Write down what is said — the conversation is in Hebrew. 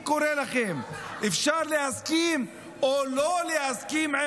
זה ממש לא, זה ממש לא, ב-7 באוקטובר וירצחו אותך.